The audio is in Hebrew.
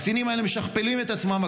הקצינים האלה משכפלים את עצמם.